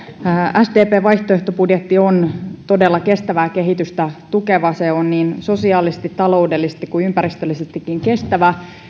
sdpn vaihtoehtobudjetti on todella kestävää kehitystä tukeva se on niin sosiaalisesti taloudellisesti kuin ympäristöllisestikin kestävä